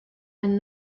and